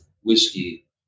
whiskey